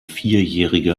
vierjährige